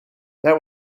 that